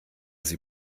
sie